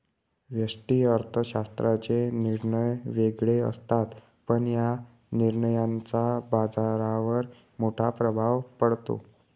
व्यष्टि अर्थशास्त्राचे निर्णय वेगळे असतात, पण या निर्णयांचा बाजारावर मोठा प्रभाव पडतो